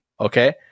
okay